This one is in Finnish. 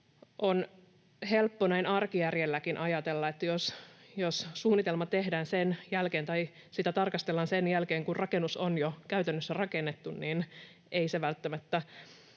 On helppo näin arkijärjelläkin ajatella, että jos suunnitelma tehdään sen jälkeen tai sitä tarkastellaan sen jälkeen, kun rakennus on jo käytännössä rakennettu, niin ei se välttämättä